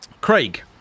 Craig